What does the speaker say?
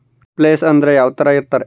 Place ಅಂದ್ರೆ ಯಾವ್ತರ ಇರ್ತಾರೆ?